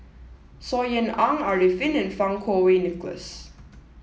Saw Ean Ang Arifin and Fang Kuo Wei Nicholas